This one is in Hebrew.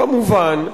כמובן,